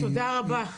תודה רבה.